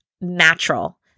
natural